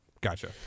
Gotcha